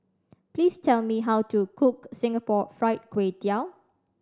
please tell me how to cook Singapore Fried Kway Tiao